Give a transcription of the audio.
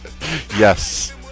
Yes